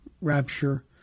rapture